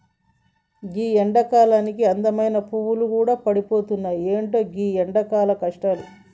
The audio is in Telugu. గీ ఎండకాలానికి అందమైన పువ్వులు గూడా ఎండిపోతున్నాయి, ఎంటో గీ ఎండల కష్టాలు